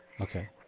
Okay